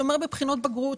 שומר בבחינות בגרות,